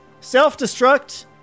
Self-Destruct